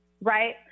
right